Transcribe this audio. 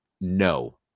No